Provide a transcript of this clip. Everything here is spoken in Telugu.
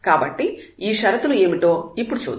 కాబట్టి ఈ షరతులు ఏమిటో ఇప్పుడు చూద్దాం